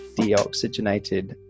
deoxygenated